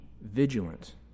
vigilant